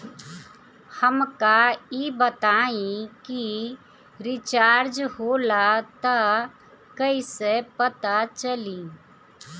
हमका ई बताई कि रिचार्ज होला त कईसे पता चली?